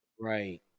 Right